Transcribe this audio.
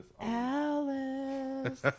Alice